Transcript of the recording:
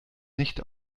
nicht